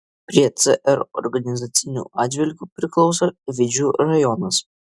prie cr organizaciniu atžvilgiu priklauso vidžių rajonas